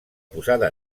posada